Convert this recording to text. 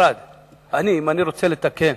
אם אני רוצה לתקן